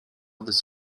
this